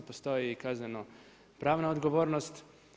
Postoji i kazneno-pravna odgovornost.